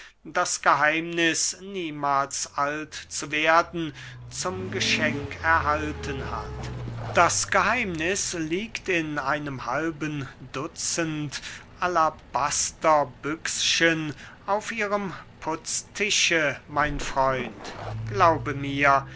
das geheimniß niemahls alt zu werden zum geschenk erhalten hat das geheimniß liegt in einem halben dutzend alabasterbüchschen auf ihrem putztische mein freund glaube mir